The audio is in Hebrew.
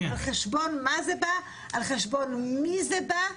על חשבון מי זה בא,